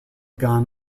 gun